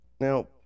Now